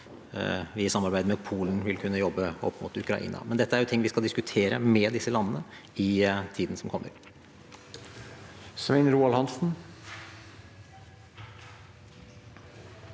vi i samarbeid med Polen vil kunne jobbe opp mot Ukraina. Men dette er ting vi skal diskutere med disse landene i tiden som kommer. Svein Roald Hansen